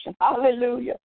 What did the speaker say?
Hallelujah